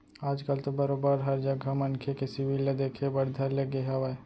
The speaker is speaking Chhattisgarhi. आज कल तो बरोबर हर जघा मनखे के सिविल ल देखे बर धर ले गे हावय